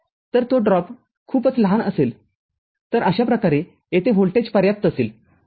तर तो ड्रॉप खूपच लहान असेल तर अशा प्रकारे येथे व्होल्टेज पर्याप्त असेल ठीक आहे